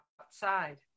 outside